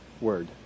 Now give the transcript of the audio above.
word